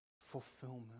fulfillment